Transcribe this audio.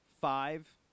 five